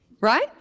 Right